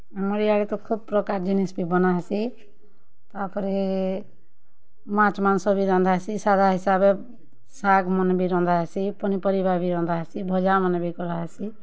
ଆମର୍ ଇଆଡ଼େ ତ ଖୁବ୍ ପ୍ରକାର ଜିନିଷ୍ ବି ବନାହେସି ତା'ପରେ ମାଛ୍ ମାଂସ ବି ରନ୍ଧାହେସି ସାଧା ହିସାବେ ଶାଗ୍ମାନେ ବି ରନ୍ଧାହେସି ପନିପରିବା ରନ୍ଧାହେସି ଭଜାମାନେ ବି କରାହେସି